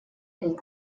три